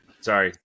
sorry